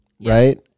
right